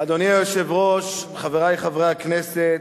אדוני היושב-ראש, חברי חברי הכנסת,